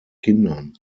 kindern